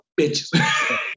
bitches